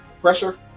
Pressure